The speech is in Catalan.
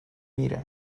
mira